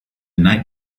night